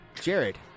Jared